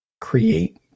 create